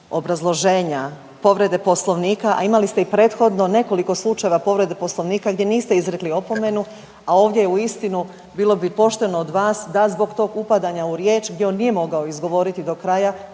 obrazloženja povrede Poslovnika, a imali ste i prethodno nekoliko slučajeva povrede Poslovnika gdje niste izrekli opomenu, a ovdje uistinu bilo bi pošteno od vas da zbog tog upadanja u riječ gdje on nije mogao izgovoriti do kraja,